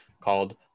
called